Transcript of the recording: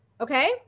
Okay